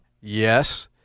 Yes